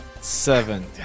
seven